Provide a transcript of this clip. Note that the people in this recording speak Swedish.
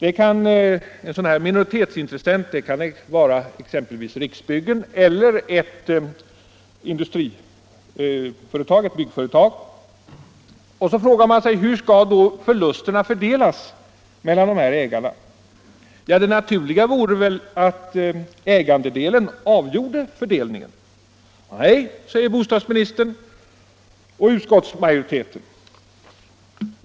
En sådan kan vara exempelvis Riksbyggen eller ett byggföretag. Och så frågar man sig: Hur skall förlusterna fördelas mellan ägarna? Det naturliga vore att ägandedelen avgjorde fördelningen. Nej, säger bostadsministern och utskottsmajoriteten.